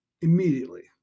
immediately